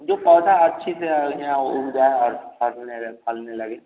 जो पौधा अच्छी से उपजा फरने फलने लगे